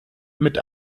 mit